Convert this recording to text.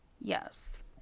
Yes